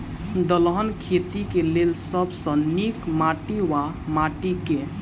दलहन खेती केँ लेल सब सऽ नीक माटि वा माटि केँ?